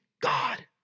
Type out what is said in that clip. God